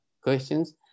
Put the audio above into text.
questions